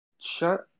shut